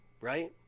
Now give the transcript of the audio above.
right